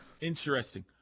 Interesting